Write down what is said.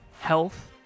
health